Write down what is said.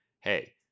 hey